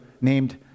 named